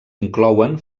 inclouen